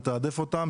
לתעדף אותם.